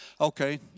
Okay